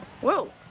Whoa